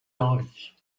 henri